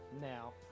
now